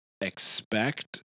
expect